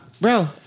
bro